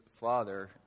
father